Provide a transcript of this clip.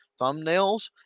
thumbnails